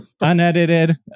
Unedited